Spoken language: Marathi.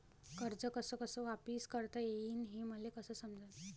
कर्ज कस कस वापिस करता येईन, हे मले कस समजनं?